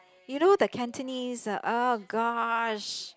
you know the Cantonese ah oh gosh